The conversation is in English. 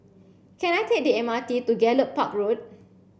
can I take the M R T to Gallop Park Road